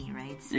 right